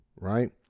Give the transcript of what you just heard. right